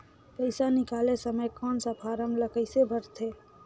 पइसा निकाले समय कौन सा फारम ला कइसे भरते?